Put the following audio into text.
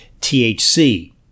THC